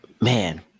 Man